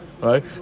right